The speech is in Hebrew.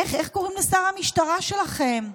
איך קוראים לשר המשטרה שלכם?